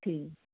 ਠੀਕ